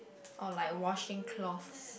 or like washing clothes